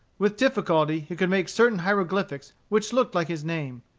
with difficulty he could make certain hieroglyphics which looked like his name.